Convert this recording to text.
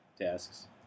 tasks